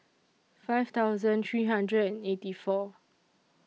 five thousand three hundred and eighty four